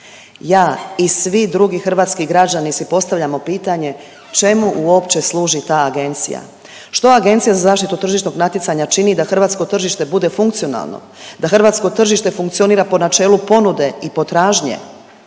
Ja i svi drugi hrvatski građani si postavljamo pitanje čemu uopće služi ta agencija. Što Agencija za zaštitu tržišnog natjecanja čini da hrvatsko tržište bude funkcionalno, da hrvatsko tržište funkcionira po načelu ponude i potražnje,